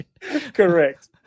Correct